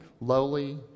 Lowly